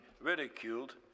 ridiculed